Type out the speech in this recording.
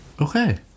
okay